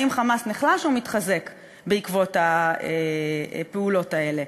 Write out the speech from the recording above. האם "חמאס" נחלש או מתחזק בעקבות הפעולות האלה,